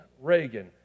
Reagan